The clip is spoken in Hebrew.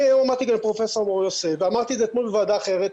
אני היום אמרתי לפרופ' מור יוסף ואמרתי את זה אתמול בוועדה אחרת,